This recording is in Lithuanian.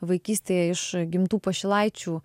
vaikystę iš gimtų pašilaičių